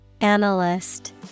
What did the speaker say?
Analyst